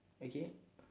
okay